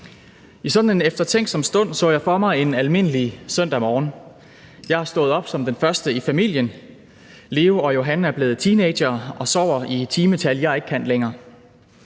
I sådan en eftertænksom stund så jeg for mig en almindelig søndag morgen. Jeg er som det første i familien stået op; Leo og Johan er blevet teenagere og sover i et timetal, som jeg ikke kan længere.